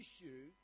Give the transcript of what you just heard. issue